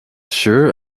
sure